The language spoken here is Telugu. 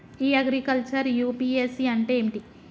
ఇ అగ్రికల్చర్ యూ.పి.ఎస్.సి అంటే ఏమిటి?